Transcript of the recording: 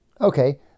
Okay